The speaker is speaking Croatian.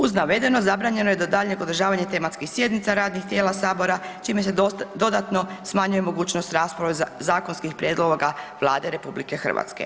Uz navedeno zabranjeno je do daljnjeg održavanje tematskih sjednica radnih tijela sabora čime se dodatno smanjuje mogućnost rasprave zakonskih prijedloga Vlade RH.